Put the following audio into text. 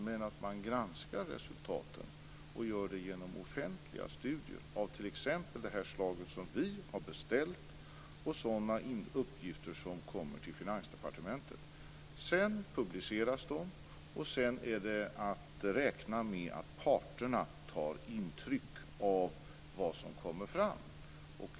Men man skall granska resultaten och göra det genom offentliga studier av t.ex. det slag som vi har beställt och sådana uppgifter som kommer till Finansdepartementet. Sedan publiceras dessa, och sedan är det att räkna med att parterna tar intryck av vad som kommer fram.